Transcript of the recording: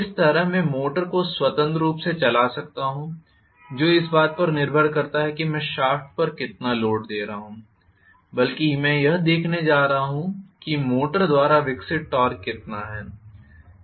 इसी तरह मैं मोटर को स्वतंत्र रूप से चला सकता हूं जो इस बात पर निर्भर करता है कि मैं शाफ्ट पर कितना लोड दे रहा हूं बल्कि मैं यह देखने जा रहा हूं कि मोटर द्वारा विकसित टॉर्क कितना है